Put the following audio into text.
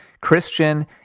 Christian